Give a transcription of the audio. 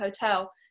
Hotel